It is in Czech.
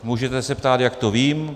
Můžete se ptát, jak to vím.